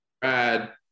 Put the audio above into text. Brad